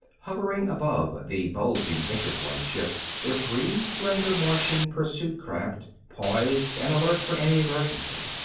hovering above the bulging inner-flight ship were three slender martian pursuit craft, poised and alert for any emergency.